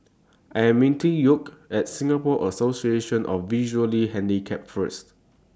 I Am meeting Yoel At Singapore Association of The Visually Handicapped First